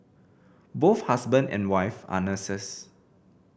both husband and wife are nurses